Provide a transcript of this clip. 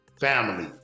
family